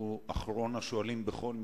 הוא אחרון השואלים בכל מקרה,